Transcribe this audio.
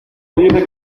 dice